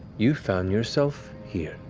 you found yourself here.